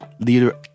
Leader